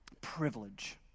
privilege